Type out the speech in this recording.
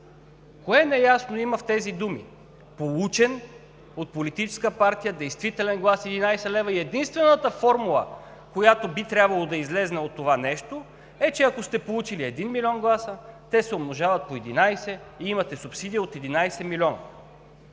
Кое неясно има в тези думи: получен от политическа партия действителен глас – 11 лв.? И единствената формула, която би трябвало да излезе от това нещо, е, че ако сте получили 1 милион гласа, те се умножават по 11 и имате субсидия от 11 млн.